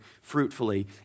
fruitfully